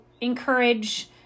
encourage